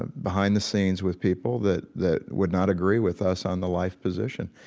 ah behind the scenes with people that that would not agree with us on the life position,